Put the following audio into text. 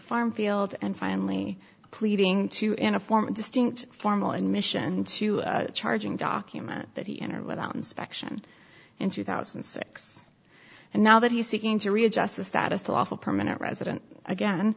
farm field and finally pleading to in a form distinct formal admission to charging documents that he entered without inspection in two thousand and six and now that he's seeking to readjust the status to lawful permanent resident again